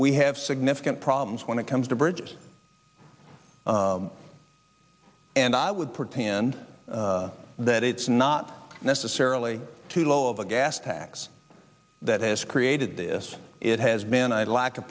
we have significant problems when it comes to bridges and i would pretend that it's not necessarily too low of a gas tax that has created this it has been a lack of